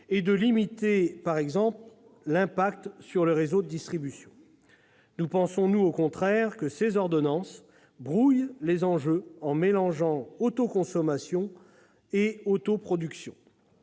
et de limiter par exemple l'impact sur le réseau de distribution. Nous pensons au contraire que ces ordonnances brouillent les enjeux en mélangeant délibérément autoconsommation et autoproduction.